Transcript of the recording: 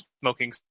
smoking